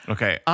Okay